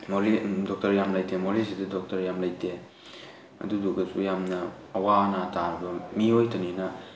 ꯃꯣꯔꯦ ꯗꯣꯛꯇꯔ ꯌꯥꯝ ꯂꯪꯇꯦ ꯃꯣꯔꯦꯁꯤꯗ ꯗꯣꯛꯇꯔ ꯌꯥꯝ ꯂꯩꯇꯦ ꯑꯗꯨꯗꯨꯒꯁꯨ ꯌꯥꯝꯅ ꯑꯋꯥ ꯑꯅꯥ ꯇꯥꯔꯕ ꯃꯤꯑꯣꯏꯇꯅꯤꯅ